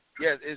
Yes